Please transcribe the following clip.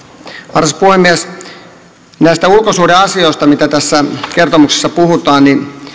arvoisa puhemies näistä ulkosuhdeasioista joista tässä kertomuksessa puhutaan